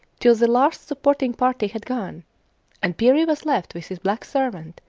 till the last supporting party had gone and peary was left with his black servant,